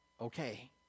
okay